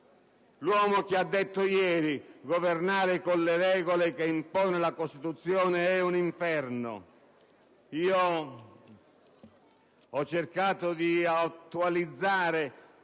L'uomo che ha detto ieri: «Governare con le regole che impone la Costituzione è un inferno». Ho cercato di attualizzare